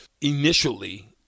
initially –